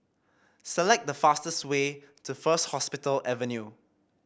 select the fastest way to First Hospital Avenue